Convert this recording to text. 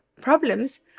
problems